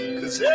Cause